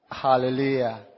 Hallelujah